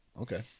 Okay